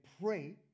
pray